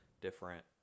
different